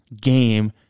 game